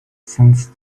since